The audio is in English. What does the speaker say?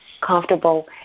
comfortable